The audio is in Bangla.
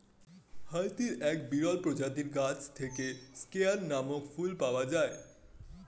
হাইতির এক বিরল প্রজাতির গাছ থেকে স্কেয়ান নামক ফুল পাওয়া যায়